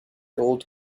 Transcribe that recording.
gold